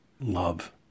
love